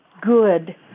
good